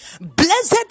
blessed